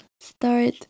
start